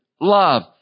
love